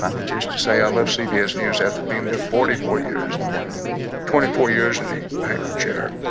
which is to say i left cbs news after being there forty four years yeah twenty four years in the anchor chair.